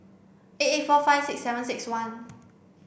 eight eight four five six seven six one